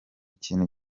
kintu